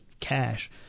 cash